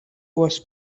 was